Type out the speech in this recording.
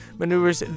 maneuvers